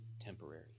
temporary